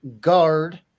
guard